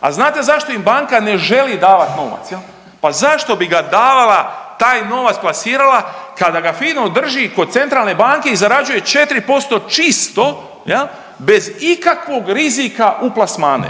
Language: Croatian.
A znate zašto im banka ne želi davat novac? Pa zašto bi ga davala taj novac plasirala kada ga fino drži kod centralne banke i zarađuje 4% čisto bez ikakvog rizika u plasmane.